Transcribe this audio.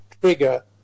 trigger